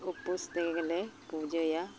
ᱩᱯᱟᱹᱥ ᱛᱮᱜᱮ ᱞᱮ ᱯᱩᱡᱟᱹᱭᱟ